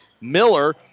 Miller